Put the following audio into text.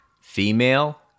Female